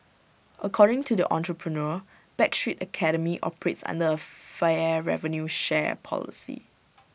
according to the entrepreneur backstreet academy operates under A fair revenue share policy